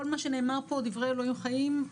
כל מה שנאמר פה דברי אלוהים חיים,